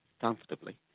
comfortably